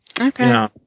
Okay